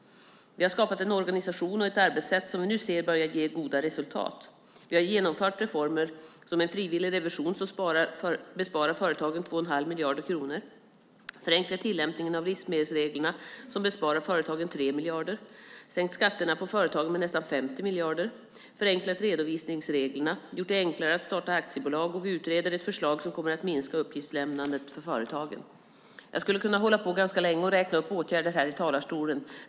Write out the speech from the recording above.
Vi har skapat en organisation och ett arbetssätt som vi nu ser börjar ge goda resultat. Vi har genomfört reformer som en frivillig revision som besparar företagen 2,5 miljarder kronor förenklat tillämpningen av livsmedelsreglerna som besparar företagen 3 miljarder sänkt skatterna på företagande med nästan 50 miljarder förenklat redovisningsreglerna gjort det enklare att starta aktiebolag, och vi utreder ett förslag som kommer att minska uppgiftslämnandet för företagen. Jag skulle kunna hålla på ganska länge och räkna upp åtgärder här i talarstolen.